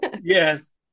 Yes